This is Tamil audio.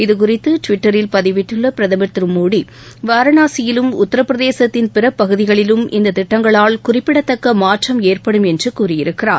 இதுகுறித்து டிவிட்டரில் பதிவிட்டுள்ள பிரதமர் திரு மோடி வாரணாசியிலும் உத்தரபிரதேசத்தின் பிற பகுதிகளிலும்இந்த திட்டங்களால் குறிப்பிடத்தக்க மாற்றம் ஏற்படும் என்று கூறியிருக்கிறார்